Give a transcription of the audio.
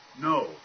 No